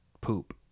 poop